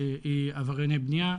היא עברייני בנייה.